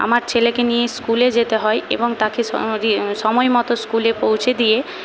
আমার ছেলেকে নিয়ে স্কুলে যেতে হয় এবং তাকে সময় মতো স্কুলে পৌঁছে দিয়ে